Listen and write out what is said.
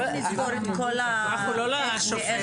לא לשופט,